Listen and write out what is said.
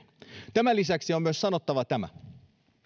tämän lisäksi on myös sanottava tämä